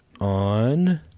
on